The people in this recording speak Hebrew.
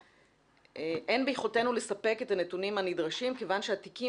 'אין ביכולתנו לספק את הנתונים הנדרשים כיוון שהתיקים